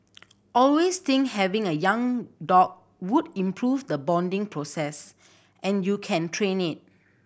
always think having a young dog would improve the bonding process and you can train it